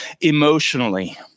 emotionally